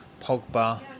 Pogba